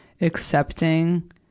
accepting